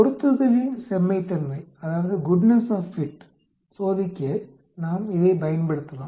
பொருத்துதலின் செம்மைத்தன்மையைச் சோதிக்க நாம் இதைப் பயன்படுத்தலாம்